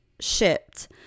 Shipped